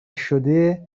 شده